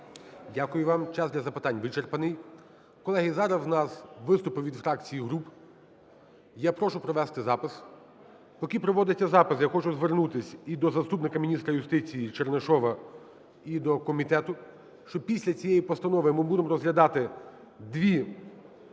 Дякую вам. Час для запитань вичерпаний. Колеги, зараз у нас виступи від фракцій і груп. Я прошу провести запис. Поки проводиться запис, я хочу звернутися і до заступника міністра юстиції Чернишова, і до комітету, що після цієї постанови ми будемо розглядати два закони,